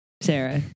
Sarah